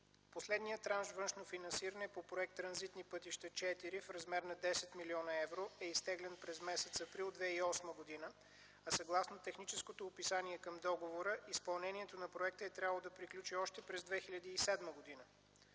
Последният транш външно финансиране по Проект „Транзитни пътища” ІV в размер на 10 млн. евро е изтеглен през м. април 2008 г., а съгласно техническото описание към договора изпълнението на проекта е трябвало да приключи още през 2007 г.